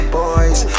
boys